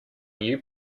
new